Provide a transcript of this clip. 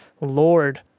Lord